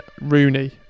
Rooney